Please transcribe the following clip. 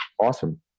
Awesome